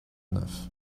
neuf